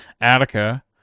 Attica